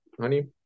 honey